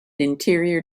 interior